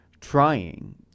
trying